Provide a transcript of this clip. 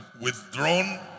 withdrawn